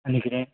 आनी कितें